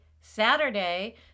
Saturday